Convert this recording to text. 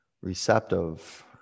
receptive